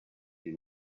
you